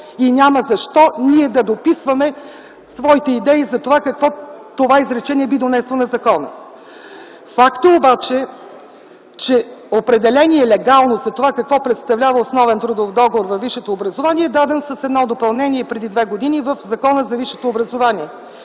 и няма защо ние да дописваме своите идеи за това какво би донесло това изречение на закона. Факт е обаче, че легално определение за това какво представлява основен трудов договор във висшето образование е дадено с едно допълнение преди две години в Закона за висшето образование